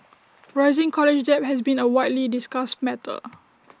rising college debt has been A widely discussed matter